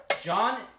John